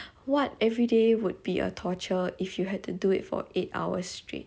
what everyday would be a torture if you had to do it for eight hours straight